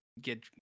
get